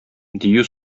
дию